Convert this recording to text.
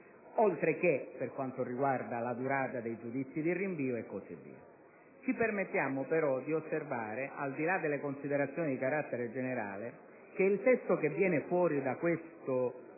anche per quanto riguarda la durata dei giudizi di rinvio. Ci permettiamo però di osservare, al di là delle considerazioni di carattere generale, che il testo che scaturisce da questo